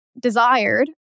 desired